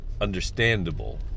understandable